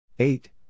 Eight